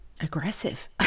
aggressive